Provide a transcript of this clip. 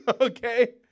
okay